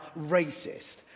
racist